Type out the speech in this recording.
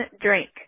drink